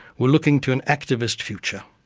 were looking to an activist future.